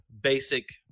basic